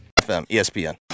ESPN